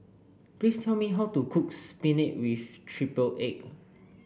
please tell me how to cook spinach with triple egg